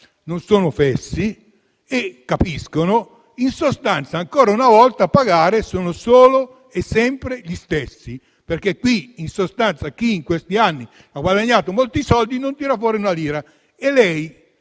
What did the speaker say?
non sono fessi e capiscono che, in sostanza, ancora una volta a pagare sono solo e sempre gli stessi, perché chi in questi anni ha guadagnato molti soldi non tirerà fuori un euro. A mio